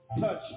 touch